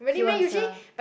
he was a